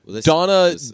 Donna